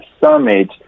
summit